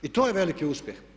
I to je veliki uspjeh.